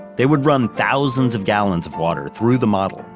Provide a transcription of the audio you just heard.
they would run thousands of gallons of water through the model,